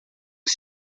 que